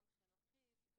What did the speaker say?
גם חינוכיים,